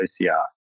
OCR